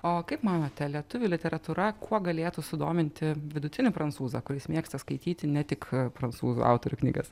o kaip manote lietuvių literatūra kuo galėtų sudominti vidutinį prancūzą kuris mėgsta skaityti ne tik prancūzų autorių knygas